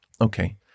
okay